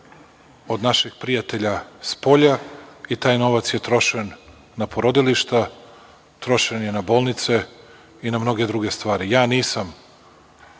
od naših prijatelja spolja i taj novac je trošen na porodilišta, trošen je na bolnice i na mnoge druge stvari. Ja nisam